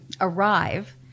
arrive